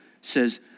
says